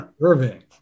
Irving